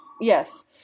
Yes